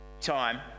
time